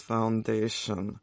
Foundation